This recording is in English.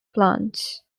plants